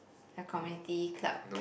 ya community club